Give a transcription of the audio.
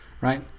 right